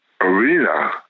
arena